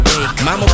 Mama